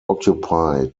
occupy